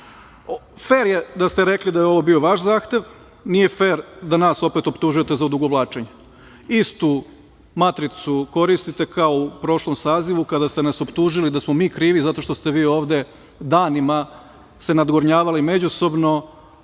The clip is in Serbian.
Fer je da ste rekli da je ovo bio vaš zahtev, nije fer da nas opet optužujete za odugovlačenje. Istu matricu koristite kao u prošlom sazivu, kada ste nas optužili da smo mi krivi zato što ste vi ovde danima se nadgornjavali međusobno